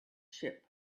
ship